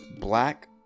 black